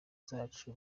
zacu